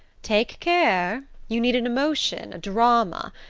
take care! you need an emotion, a drama.